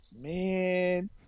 man